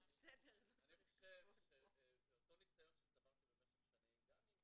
- אני חושב שאותו ניסיון שצברתי במשך שנים גם עם